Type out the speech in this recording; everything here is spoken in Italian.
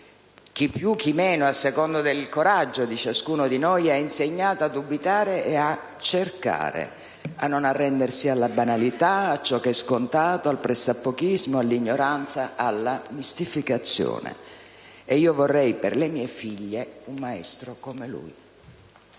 chi più, chi meno, a seconda del coraggio di ciascuno di noi, ha insegnato a dubitare e a cercare, a non arrendersi alla banalità, a ciò che è scontato, al pressappochismo, all'ignoranza, alla mistificazione. E io vorrei, per le mie figlie, un maestro come lui.